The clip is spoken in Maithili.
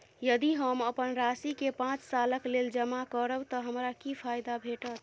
यदि हम अप्पन राशि केँ पांच सालक लेल जमा करब तऽ हमरा की फायदा भेटत?